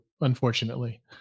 unfortunately